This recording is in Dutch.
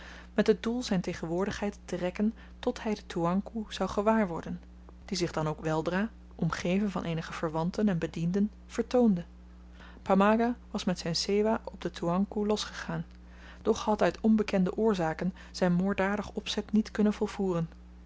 met het doel zyn tegenwoordigheid te rekken tot hy den toeankoe zou gewaar worden die zich dan ook weldra omgeven van eenige verwanten en bedienden vertoonde pamaga was met zyn sewah op den toeankoe losgegaan doch had uit onbekende oorzaken zyn moorddadig opzet niet kunnen volvoeren